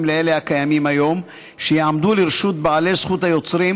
על אלה הקיימים היום שיעמדו לרשות בעלי זכות היוצרים,